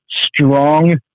strong